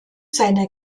seiner